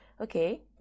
okay